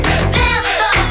Remember